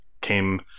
came